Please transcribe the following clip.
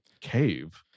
cave